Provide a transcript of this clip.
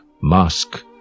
mask